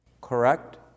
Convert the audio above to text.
correct